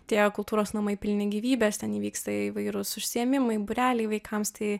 tie kultūros namai pilni gyvybės ten įvyksta įvairūs užsiėmimai būreliai vaikams tai